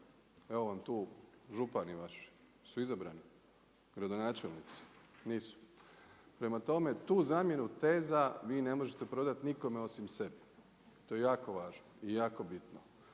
Evo vam tu župani vaši, su izabrani? Gradonačelnici? Nisu. Prema tome, tu zamjenu teza vi ne možete prodati nikome osim sebi to je jako važno i jako bitno.